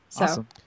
Awesome